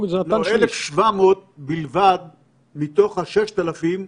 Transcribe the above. אבל אני לא בטוחה שזו הדרך הנכונה.